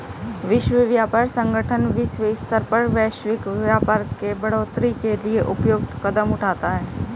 विश्व व्यापार संगठन विश्व स्तर पर वैश्विक व्यापार के बढ़ोतरी के लिए उपयुक्त कदम उठाता है